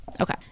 Okay